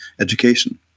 education